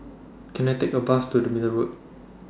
Can I Take A Bus to The Middle Road